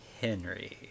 Henry